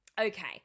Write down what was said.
Okay